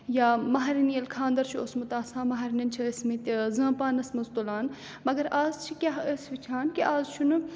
یا مَہریٚنۍ ییٚلہِ خانٛدر چھُ اوسمُت آسان مَہرنٮ۪ن چھِ ٲسۍمٕتۍ زٲمپانَس منٛز تُلان مَگر آز چھِ کیٛاہ أسۍ وٕچھان کہِ آز چھُنہٕ